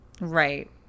right